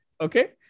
Okay